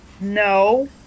No